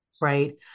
Right